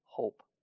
Hope